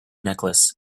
necklace